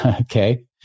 okay